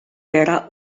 era